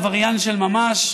עבריין של ממש,